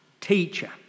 teacher